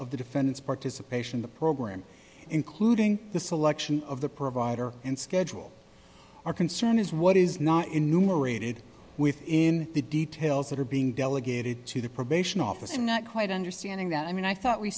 of the defendant's participation in the program including the selection of the provider and schedule our concern is what is not enumerated within the details that are being delegated to the probation office i'm not quite understanding that i mean i thought we